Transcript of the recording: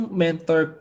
mentor